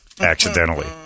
accidentally